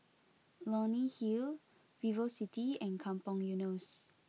Leonie Hill VivoCity and Kampong Eunos